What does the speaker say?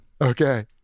Okay